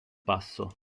passo